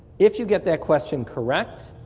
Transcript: if you get that question correct,